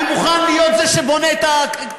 אני מוכן להיות זה שבונה את הבודקה.